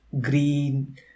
green